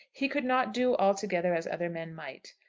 he could not do altogether as other men might.